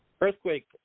earthquake